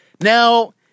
Now